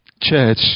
church